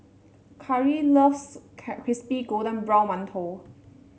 Cary loves Crispy Golden Brown Mantou